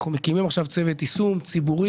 אנחנו מקימים עכשיו צוות יישום ציבורי,